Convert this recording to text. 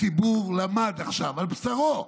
הציבור למד עכשיו על בשרו,